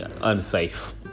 unsafe